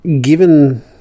given